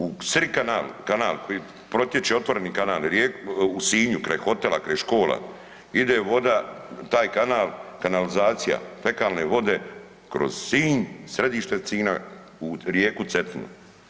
U srid kanal, kanal koji protječe, otvoreni kanal, u Sinju kraj hotela, kraj škola ide voda, taj kanal, kanalizacija, fekalne vode kroz Sinj, središte Sinja u rijeku Cetinu.